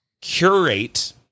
curate